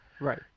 Right